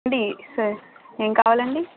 ఇది సార్ ఏం కావాలండీ